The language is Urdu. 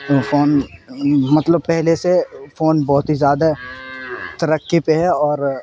فون مطلب پہلے سے فون بہت ہی زیادہ ترقی پہ ہے اور